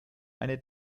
eine